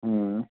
अं